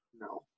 No